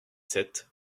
sept